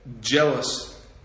jealous